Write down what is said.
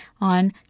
on